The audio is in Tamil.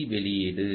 சி வெளியீடு